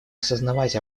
осознавать